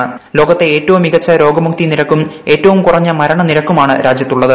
പ്ലോക്ത്തെ ഏറ്റവും മികച്ച രോഗമുക്തി നിരക്കും ഏറ്റവും ക്ടൂറ്റ്ഞ്ഞ മരണനിരക്കുമാണ് രാജ്യത്തുള്ളത്